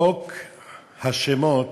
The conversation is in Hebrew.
חוק השמות,